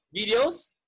videos